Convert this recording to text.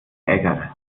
ärgere